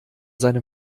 seine